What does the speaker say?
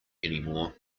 anymore